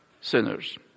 sinners